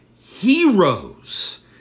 heroes